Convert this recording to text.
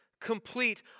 complete